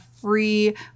free